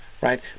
Right